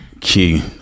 key